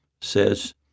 says